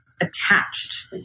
attached